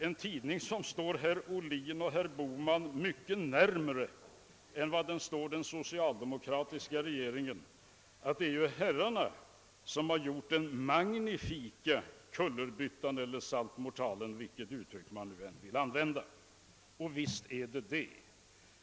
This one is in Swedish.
En tidning som står herrar Ohlin och Bohman mycket närmare än vad den står den socialdemokratiska regeringen konstaterar nu att det är dessa herrar som har gjort den magnifika kullerbyttan eller saltomortalen. Och visst är det så.